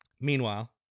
Meanwhile